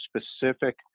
specific